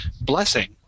blessing